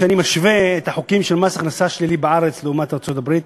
כשאני משווה את החוקים של מס הכנסה שלילי בארץ לעומת ארצות-הברית,